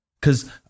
Cause